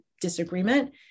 disagreement